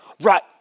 right